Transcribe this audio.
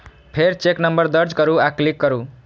फेर check number दर्ज करू आ क्लिक करू